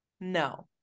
No